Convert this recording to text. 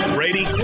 Brady